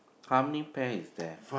how many pear is there